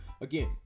Again